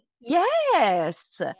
Yes